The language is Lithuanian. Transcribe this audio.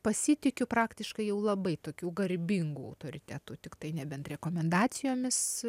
pasitikiu praktiškai jau labai tokių garbingų autoritetų tiktai nebent rekomendacijomis